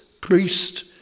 priest